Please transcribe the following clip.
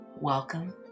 Welcome